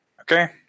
Okay